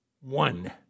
one